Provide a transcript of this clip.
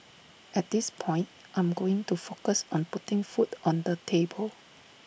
at this point I am going to focus on putting food on the table